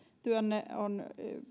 työnne on